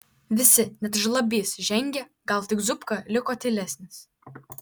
visi net žlabys žengė gal tik zupka liko tylenis